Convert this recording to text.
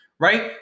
right